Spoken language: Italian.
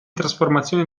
trasformazione